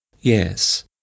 Yes